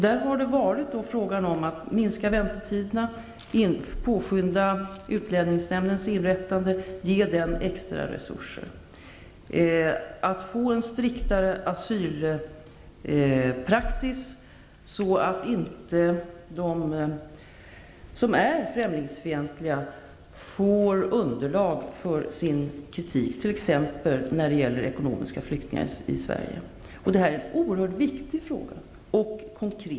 Det har varit fråga om att minska väntetiderna, att påskynda utlänningsnämndens inrättande och ge den extra resurser samt att få en striktare asylpraxis så att inte de som är främlingsfientliga får underlag för sin kritik, t.ex. när det gäller ekonomiska flyktingar i Sverige. Detta är en oerhört viktig fråga.